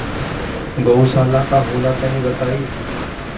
गौवशाला का होला तनी बताई?